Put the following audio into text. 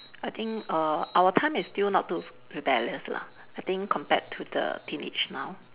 I think err our time is still not too rebellious lah I think compared to the teenage now